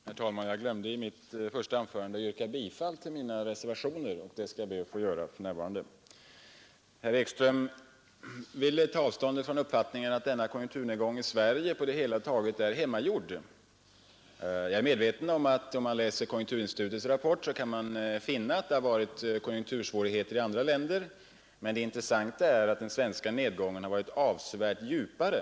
Herr talman! Jag glömde i mitt första anförande att yrka bifall till de reservationer, där mitt namn finns. Jag ber att få göra det nu. Herr Ekström ville ta avstånd från uppfattningen att konjunkturnedgången i Sverige på det hela taget är hemmagjord. Jag är medveten om att man vid läsningen av konjunkturinstitutets rapport kan finna att det har varit konjunktursvårigheter även i andra länder, men det intressanta är att den svenska nedgången har varit avsevärt djupare.